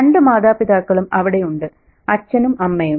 രണ്ടു മാതാപിതാക്കളും അവിടെയുണ്ട് അച്ഛനും അമ്മയും